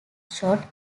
shot